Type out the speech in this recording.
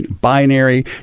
binary